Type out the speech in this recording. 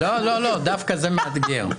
לא, דווקא זה מאתגר.